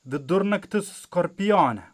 vidurnaktis skorpione